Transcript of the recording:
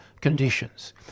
conditions